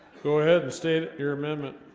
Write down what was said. go ahead and state your amendment